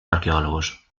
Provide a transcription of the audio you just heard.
arqueólogos